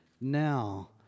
Now